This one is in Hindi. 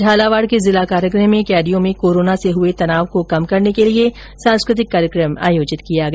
झालावाड के जिला कारागृह में कैदियों में कोरोना से हुए तनाव को कम करने के लिए सांस्कृतिक कार्यक्रम आयोहित किया गया